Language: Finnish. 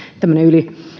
tämmöinen